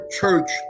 church